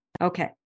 Okay